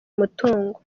umutungo